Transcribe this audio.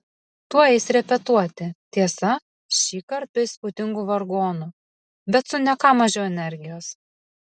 tuoj eis repetuoti tiesa šįkart be įspūdingų vargonų bet su ne ką mažiau energijos